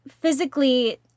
physically